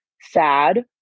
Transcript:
sad